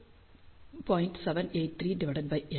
783 n